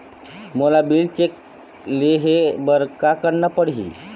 मोला bill check ले हे बर का करना पड़ही ही?